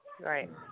right